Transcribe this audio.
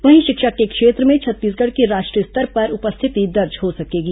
वहीं शिक्षा के क्षेत्र में छत्तीसगढ़ की राष्ट्रीय स्तर पर उपस्थिति दर्ज हो सकेगी